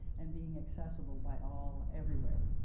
and being accessible by all everywhere.